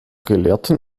gelehrten